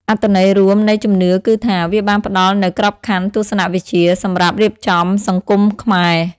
អត្ថន័យរួមនៃជំនឿគឺថា វាបានផ្ដល់នូវក្របខណ្ឌទស្សនវិជ្ជាសម្រាប់រៀបចំសង្គមខ្មែរ។